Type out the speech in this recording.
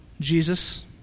Jesus